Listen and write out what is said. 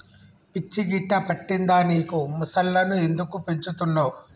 పిచ్చి గిట్టా పట్టిందా నీకు ముసల్లను ఎందుకు పెంచుతున్నవ్